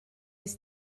oes